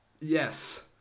Yes